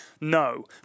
no